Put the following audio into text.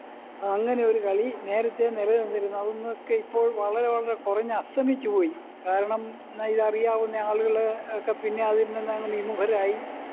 അങ്ങനെയൊരു കളി നേരത്തെ നിലനിന്നിരുന്നു അതിൽനിന്നൊക്കെ ഇപ്പോള് വളരെ വളരെ കുറഞ്ഞ് അസ്തമിച്ചുപോയി കാരണം ഇന്ന് ഇതറിയാവുന്ന ആളുകൾ ഒക്കെ പിന്നെ അതില്നിന്നങ്ങ് വിമുഖരായി